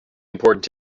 important